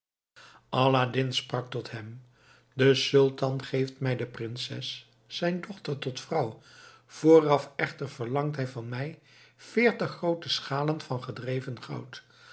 aladdin sprak tot hem de sultan geeft mij de prinses zijn dochter tot vrouw vooraf echter verlangt hij van mij veertig groote schalen van gedreven goud